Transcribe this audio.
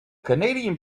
canadian